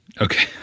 Okay